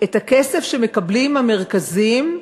את הכסף שמקבלים המרכזים,